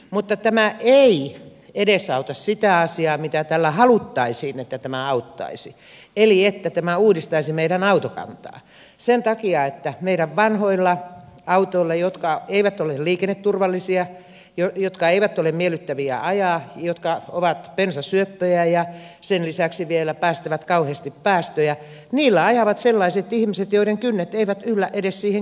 mutta tämä ei edesauta sitä asiaa mitä tällä haluttaisiin auttaa eli sitä että tämä uudistaisi meidän autokantaamme sen takia että meidän vanhoilla autoilla jotka eivät ole liikenneturvallisia jotka eivät ole miellyttäviä ajaa jotka ovat bensasyöppöjä ja sen lisäksi vielä päästävät kauheasti päästöjä ajavat sellaiset ihmiset joiden kynnet eivät yllä edes siihen kymppitonnin autoon